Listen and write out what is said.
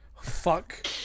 Fuck